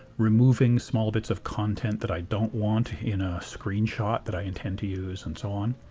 removing small bits of content that i don't want in a screenshot that i intend to use, and so on.